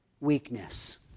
weakness